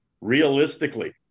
realistically